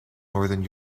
northern